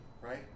right